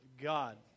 God